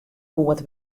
goed